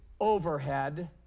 overhead